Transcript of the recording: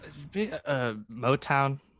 Motown